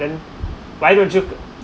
then why would you